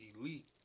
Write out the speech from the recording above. Elite